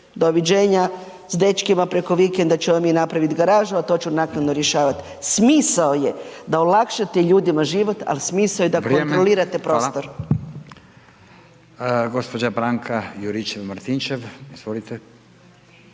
doviđenja, s dečkima preko vikenda ćemo mi napraviti garažu a to ću naknadno rješavati. Smisao je da olakšate ljudima život. Ali smisao je da kontrolirate prostor.